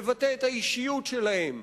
לבטא את האישיות שלהם,